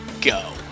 Go